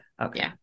Okay